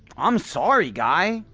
i'm sorry, guy!